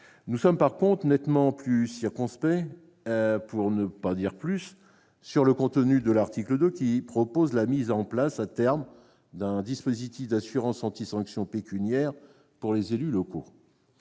Nous sommes, en revanche, nettement plus circonspects, pour ne pas dire plus, devant le contenu de l'article 2, qui propose la mise en place, à terme, d'un dispositif d'assurance anti-sanction pécuniaire pour les élus locaux.